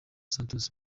santos